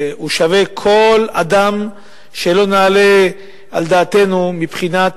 שהוא שווה כל אדם שלא נעלה על דעתנו מבחינת